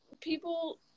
People